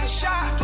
shot